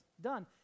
done